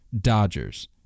Dodgers